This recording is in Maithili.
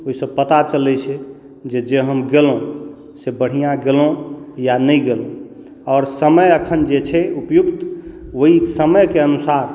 ओहिसँ पता चलै छै जे जे हम गएलहुँ से बढ़िआँ गएलहुँ या नहि गएलहुँ आओर समय एखन जे छै उपयुक्त ओहि समयके अनुसार